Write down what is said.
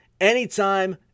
anytime